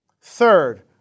Third